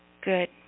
Good